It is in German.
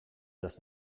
das